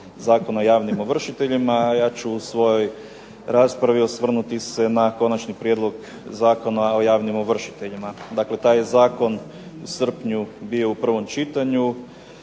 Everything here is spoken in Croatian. Zakona o javnim ovršiteljima. Ja ću u svojoj raspravi osvrnuti se na Konačni prijedlog Zakona o javnim ovršiteljima. Taj je zakon u srpnju bio u prvom čitanju,